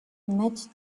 met